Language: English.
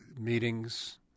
meetings